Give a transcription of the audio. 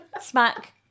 Smack